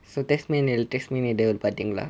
so tasmania லே:le tasmanian devil பாத்திங்களா:pathingala